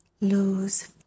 lose